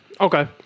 Okay